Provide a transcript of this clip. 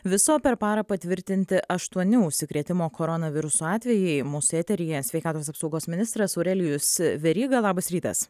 viso per parą patvirtinti aštuoni užsikrėtimo koronavirusu atvejai mūsų eteryje sveikatos apsaugos ministras aurelijus veryga labas rytas